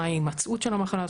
מה ההימצאות של המחלה,